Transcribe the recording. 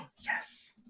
Yes